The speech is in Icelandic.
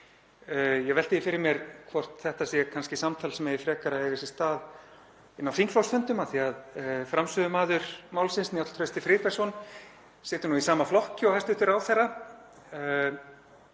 Ég velti því fyrir mér hvort þetta sé kannski samtal sem eigi frekar að eiga sér stað inni á þingflokksfundum af því að framsögumaður málsins, Njáll Trausti Friðbertsson, situr nú í sama flokki og hæstv. ráðherra.